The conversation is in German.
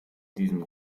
diesem